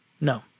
No